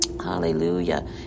Hallelujah